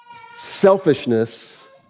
Selfishness